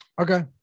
Okay